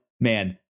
man